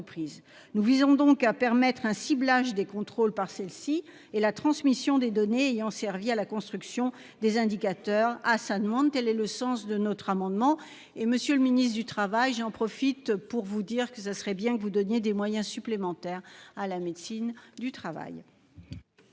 nous visons donc à permettre un ciblage des contrôles par celle-ci et la transmission des données ayant servi à la construction des indicateurs à sa demande-t-elle et le sens de notre amendement et monsieur le ministre du Travail, j'en profite pour vous dire que ça serait bien que vous donniez des moyens supplémentaires à la médecine du travail.